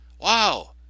Wow